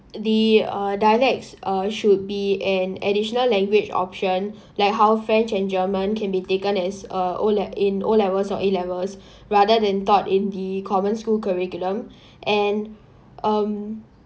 the uh dialects uh should be an additional language option like how french and german can be taken as uh O le~ in o-levels or a-levels rather than taught in the common school curriculum and um